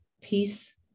peace